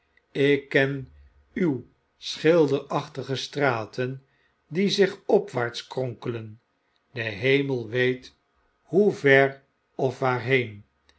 ik ken uw schilderachtige straten die zich opwaarts kronkelen de hemel weet hoe ver of waarheen